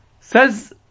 Says